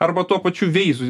arba tuo pačiu veizu